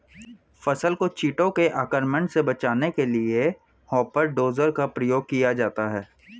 फसल को कीटों के आक्रमण से बचाने के लिए हॉपर डोजर का प्रयोग किया जाता है